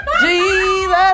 Jesus